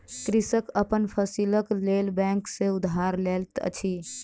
कृषक अपन फसीलक लेल बैंक सॅ उधार लैत अछि